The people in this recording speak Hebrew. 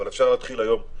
אבל אפשר להתחיל היום.